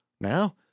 Now